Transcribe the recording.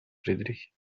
friedrich